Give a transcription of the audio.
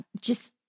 just-